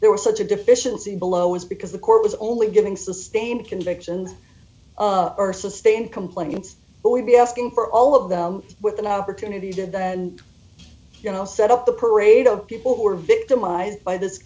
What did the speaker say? there was such a deficiency below is because the court was only giving sustained convictions or sustained complaints but we'd be asking for all of them with an opportunity did that you know set up the parade of people who were victimized by this